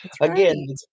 again